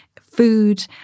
food